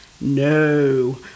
No